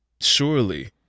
surely